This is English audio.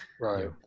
Right